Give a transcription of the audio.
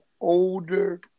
older